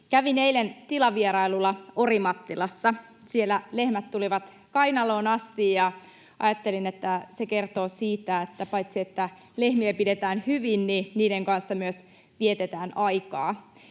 Kävin eilen tilavierailulla Orimattilassa. Siellä lehmät tulivat kainaloon asti, ja ajattelin, että se kertoo paitsi siitä, että lehmiä pidetään hyvin, niiden kanssa myös vietetään aikaa.